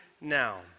now